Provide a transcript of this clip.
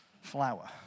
flower